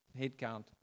headcount